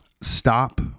stop